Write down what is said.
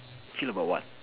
feel about what